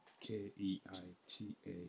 k-e-i-t-a